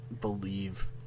believe